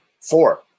Four